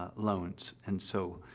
ah loans. and so,